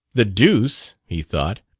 the deuce! he thought.